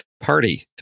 party